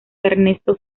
ernesto